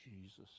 jesus